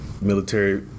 military